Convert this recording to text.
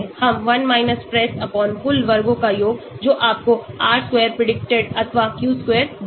हम 1 PRESS कुल वर्गों का योग जो आपको R square प्रिडिक्टेड अथवा Q square देगा